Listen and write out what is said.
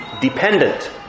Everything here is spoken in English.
dependent